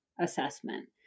assessment